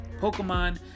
Pokemon